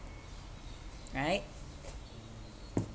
right